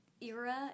era